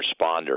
responder